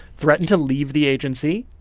threatened to leave the agency.